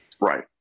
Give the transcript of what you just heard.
right